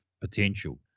potential